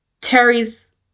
Terry's